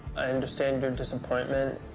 understand your disappointment.